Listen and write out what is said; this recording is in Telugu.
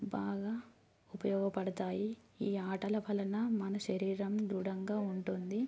బాగా ఉపయోగపడతాయి ఈ ఆటల వలన మన శరీరం దృఢంగా ఉంటుంది